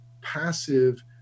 passive